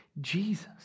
Jesus